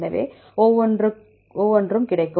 எனவே ஒவ்வொன்றும் கிடைக்கும்